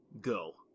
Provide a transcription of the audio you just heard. Go